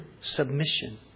submission